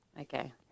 Okay